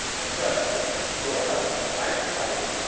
and presently, sure enough, i espied it,